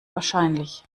wahrscheinlich